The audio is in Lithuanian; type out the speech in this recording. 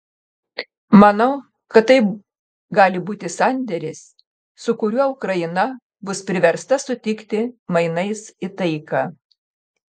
manau kad tai gali būti sandėris su kuriuo ukraina bus priversta sutikti mainais į taiką